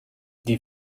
die